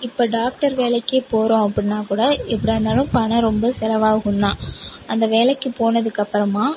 இப்போ டாக்டர் வேலைக்கே போகிறோம் அப்படின்னா கூட எப்படியாருந்தாலும் பணம் ரொம்ப செலவாகும் தான் அந்த வேலைக்கு போனதுக்கப்புறமா